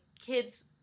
kids